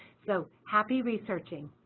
so, happy researching.